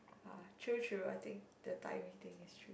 ah true true I think the timing thing is true